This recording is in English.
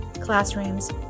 classrooms